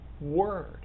Word